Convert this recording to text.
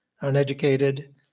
uneducated